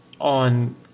on